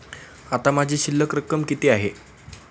आता माझी शिल्लक रक्कम किती आहे?